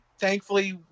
thankfully